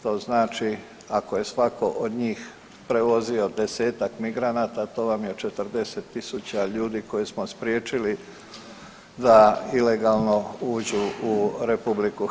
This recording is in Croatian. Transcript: To znači ako je svatko od njih prevozio 10-tak migranata to vam je 40.000 ljudi koje smo spriječili da ilegalno uđu u RH.